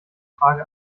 frage